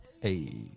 Hey